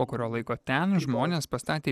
po kurio laiko ten žmonės pastatė